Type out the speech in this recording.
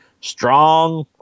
strong